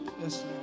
yes